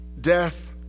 death